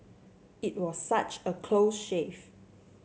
it was such a close shave